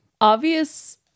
Obvious